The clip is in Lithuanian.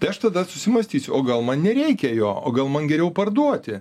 tai aš tada susimąstysiu o gal man nereikia jo o gal man geriau parduoti